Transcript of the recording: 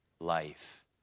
life